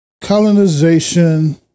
Colonization